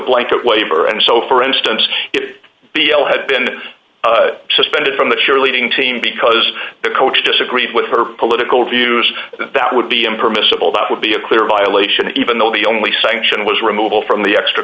blanket waiver and so for instance if b l had been suspended from the cheerleading team because the coach disagreed with her political views that would be impermissible that would be a clear violation even though the only site action was removal from the